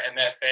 MFA